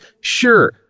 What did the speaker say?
Sure